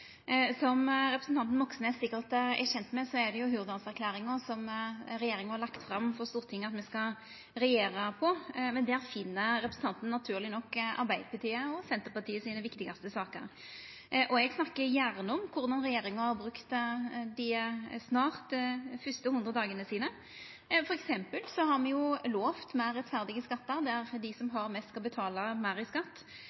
Som representanten Moxnes sikkert er kjend med, er det jo Hurdalsplattforma – som regjeringa har lagt fram for Stortinget – me skal regjera på. Der finn representanten naturleg nok Arbeidarpartiet og Senterpartiet sine viktigaste saker. Eg snakkar gjerne om korleis regjeringa har brukt dei snart første 100 dagane. For eksempel har me lovt meir rettferdige skattar, der dei som